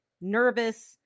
nervous